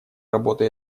работы